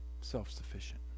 self-sufficient